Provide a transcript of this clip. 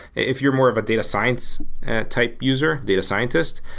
if you're more of a data science type user, data scientist,